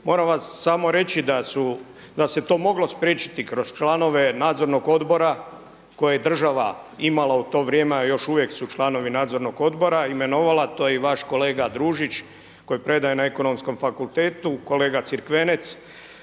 Moram vam samo reći da se to moglo spriječiti kroz članove nadzornog odbora koje je država imala u to vrijeme, a još uvijek su članovi nadzornog odbora, imenovala. To je i vaš kolega Družić koji predaje na Ekonomskom fakultetu, kolega Cirkvenec